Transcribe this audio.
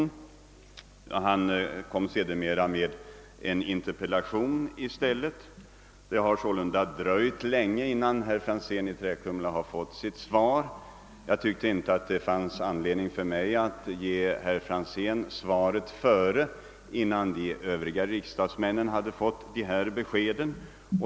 Sedermera framställde han en interpellation i stället. Det har sålunda dröjt ganska länge innan herr Franzén fått sitt svar. Jag tyckte nämligen inte att det fanns anledning för mig att besvara herr Franzéns interpellation innan de övriga riksdagsmännen fått besked.